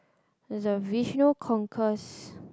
there's a vision conquest